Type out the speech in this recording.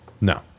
No